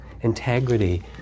integrity